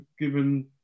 given